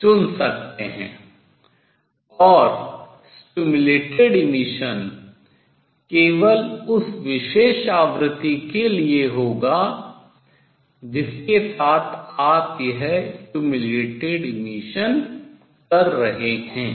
चुन सकते हैं और प्रेरित उत्सर्जन केवल उस विशेष आवृत्ति के लिए होगा जिसके साथ आप यह प्रेरित उत्सर्जन कर रहे हैं